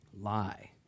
lie